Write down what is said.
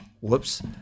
whoops